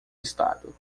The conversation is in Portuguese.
estado